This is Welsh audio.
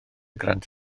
grant